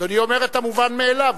אדוני אומר את המובן מאליו.